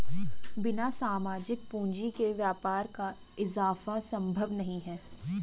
बिना सामाजिक पूंजी के व्यापार का इजाफा संभव नहीं है